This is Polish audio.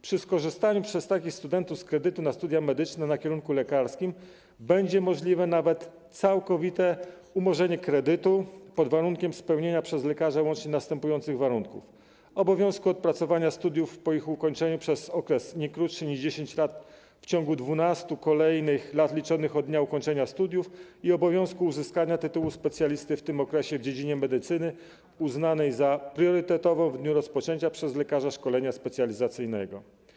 Przy skorzystaniu przez takich studentów z kredytu na studia medyczne na kierunku lekarskim będzie możliwe nawet całkowite umorzenie kredytu, pod warunkiem spełnienia przez lekarza łącznie następujących warunków: obowiązku odpracowania studiów po ich ukończeniu przez okres nie krótszy niż 10 lat w ciągu 12 kolejnych lat liczonych od dnia ukończenia studiów i obowiązku uzyskania tytułu specjalisty w tym okresie w dziedzinie medycyny uznanej za priorytetową w dniu rozpoczęcia przez lekarza szkolenia specjalizacyjnego.